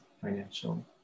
financial